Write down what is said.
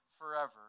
forever